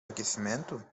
aquecimento